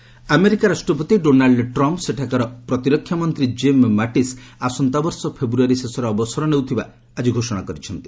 Mattis quits America ରାଷ୍ଟ୍ରପତି Donald Trump ସେଠାକାର ପ୍ରତିରକ୍ଷା ମନ୍ତ୍ରୀ ଜିମ୍ ମାଟିସ୍ ଆସନ୍ତା ବର୍ଷ ଫେବୃୟାରୀ ଶେଷରେ ଅବସର ନେଉଥିବା ଆଜି ଘୋଷଣା କରିଛନ୍ତି